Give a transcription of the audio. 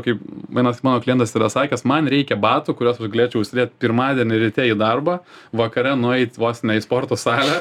kaip vienas mano klientas yra sakęs man reikia batų kuriuos aš galėčiau užsidėt pirmadienį ryte į darbą vakare nueit vos ne į sporto salę